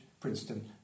Princeton